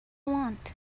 want